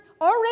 Already